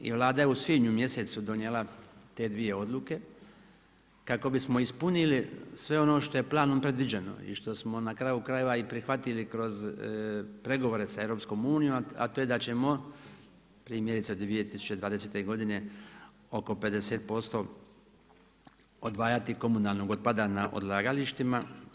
I Vlada je u svibnju mjesecu donijela te dvije odluke kako bismo ispunili sve ono što je planom predviđeno, i što smo na kraju krajeva i prihvatili kroz pregovore sa EU-om a to je da ćemo primjerice 2020. godine oko 50% odvajati komunalnog otpada na odlagalištima.